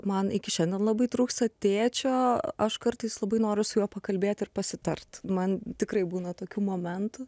man iki šiandien labai trūksta tėčio aš kartais labai noriu su juo pakalbėt ir pasitart man tikrai būna tokių momentų